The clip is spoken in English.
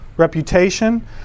Reputation